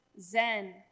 zen